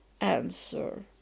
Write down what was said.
answer